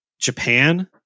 Japan